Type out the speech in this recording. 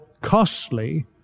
costly